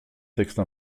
texte